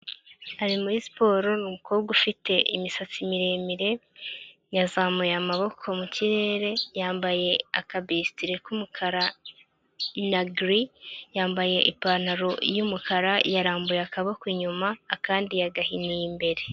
Ari muri siporo ni umukobwa ufite imisatsi miremire, yazamuye amaboko mu kirere, yambaye akabisitiri k'umukara na giri, yambaye ipantaro y'umukara, yarambuye akaboko inyuma, akandi yagahiniye imbere.